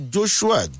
Joshua